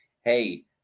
hey